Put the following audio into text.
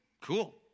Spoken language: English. Cool